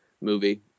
movie